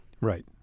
Right